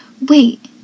Wait